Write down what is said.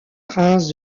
prince